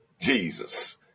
Jesus